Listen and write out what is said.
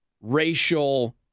racial